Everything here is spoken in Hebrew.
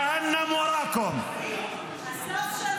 (אומר בערבית: לכו לעזאזל.) הסוף שלך.